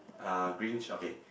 ah green~ okay